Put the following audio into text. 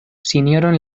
sinjoron